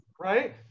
Right